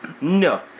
No